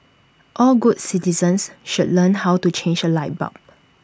all good citizens should learn how to change A light bulb